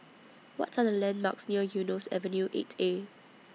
What Are The landmarks near Eunos Avenue eight A